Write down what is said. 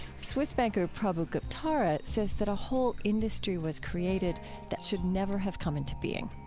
swiss banker prabhu guptara says that a whole industry was created that should never have come into being.